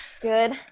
good